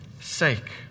sake